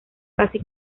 casi